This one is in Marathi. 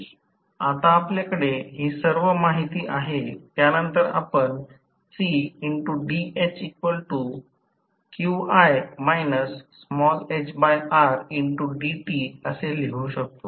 आता आपल्याकडे ती सर्व माहिती आहे त्यानंतर आपण असे लिहू शकतो